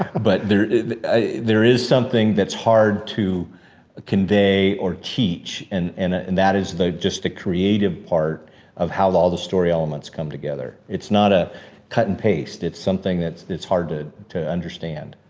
but there there is something that's hard to convey or teach. and and ah and that is the, just the creative part of how all the story elements come together. it's not a cut and paste. it's something that's, it's hard to to understand.